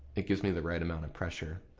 it gives me the right amount of pressure.